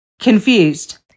confused